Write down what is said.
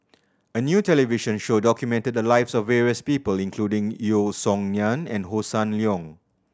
a new television show documented the lives of various people including Yeo Song Nian and Hossan Leong